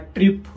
Trip